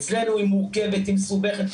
אצלנו היא מורכבת, היא מסובכת.